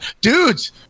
Dudes